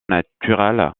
naturels